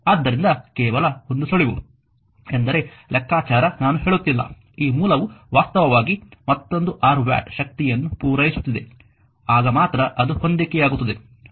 ಆದ್ದರಿಂದ ಕೇವಲ ಒಂದು ಸುಳಿವು ಎಂದರೆ ಲೆಕ್ಕಾಚಾರ ನಾನು ಹೇಳುತ್ತಿಲ್ಲ ಈ ಮೂಲವು ವಾಸ್ತವವಾಗಿ ಮತ್ತೊಂದು 6 ವ್ಯಾಟ್ ಶಕ್ತಿಯನ್ನು ಪೂರೈಸುತ್ತಿದೆ ಆಗ ಮಾತ್ರ ಅದು ಹೊಂದಿಕೆಯಾಗುತ್ತದೆ